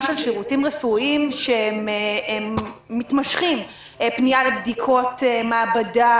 של שירותים רפואיים שהם מתמשכים פנייה לבדיקות מעבדה,